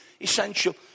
essential